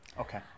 Okay